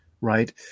Right